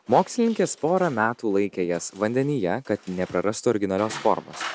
mokslininkės porą metų laikė jas vandenyje kad neprarastų originalios formos